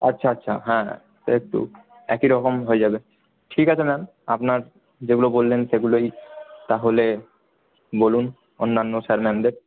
আচ্ছা আচ্ছা হ্যাঁ হ্যাঁ একটু একইরকম হয়ে যাবে ঠিক আছে ম্যাম আপনার যেগুলো বললেন সেগুলোই তাহলে বলুন অন্যান্য স্যার ম্যামদের